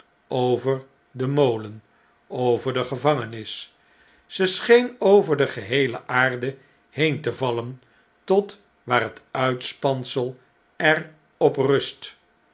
over den molen over de gevangenis ze scheen over de geheele aarde heen te vallen tot waar het uitspansel er op rust